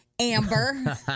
Amber